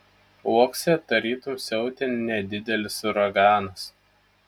uokse tarytum siautė nedidelis uraganas